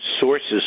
sources